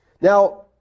Now